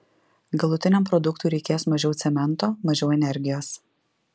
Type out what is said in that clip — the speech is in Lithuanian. galutiniam produktui reikės mažiau cemento mažiau energijos